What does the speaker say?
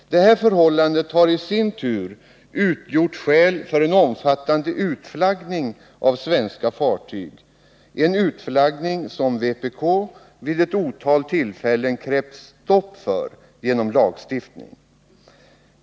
Detta förhållande har i sin tur utgjort skäl för en omfattande utflaggning av svenska fartyg — en utflaggning som vpk vid ett otal tillfällen krävt stopp för genom lagstiftning.